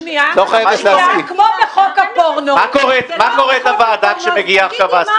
אז אולי, כמו בחוק הפורנו, תגידי מה את כן מציעה.